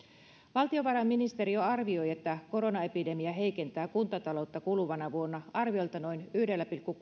valtiovarainministeriö arvioi että koronaepidemia heikentää kuntataloutta kuluvana vuonna arviolta yksi pilkku